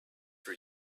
for